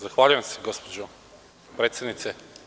Zahvaljujem se, gospođo predsednice.